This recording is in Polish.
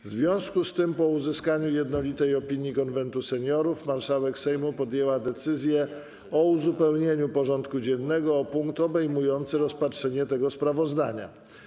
W związku z tym, po uzyskaniu jednolitej opinii Konwentu Seniorów, marszałek Sejmu podjęła decyzję o uzupełnieniu porządku dziennego o punkt obejmujący rozpatrzenie tego sprawozdania.